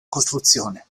costruzione